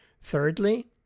Thirdly